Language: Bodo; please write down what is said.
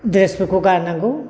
द्रेसफोरखौ गाननांगौ